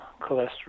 cholesterol